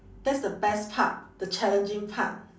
that's the best part the challenging part